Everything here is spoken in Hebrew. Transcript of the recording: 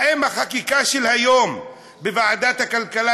האם החקיקה של היום בוועדת הכלכלה,